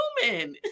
human